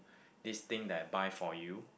this thing that I buy for you